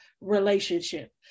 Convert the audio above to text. relationship